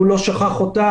הוא לא שכח אותה,